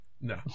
No